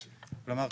כלומר,